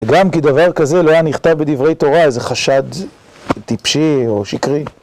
גם כי דבר כזה לא היה נכתב בדברי תורה, זה חשד טיפשי או שקרי.